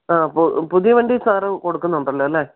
ആ പുതിയ വണ്ടി സാറ് കൊടുക്കുന്നുണ്ടല്ലോ അല്ലേ